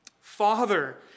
Father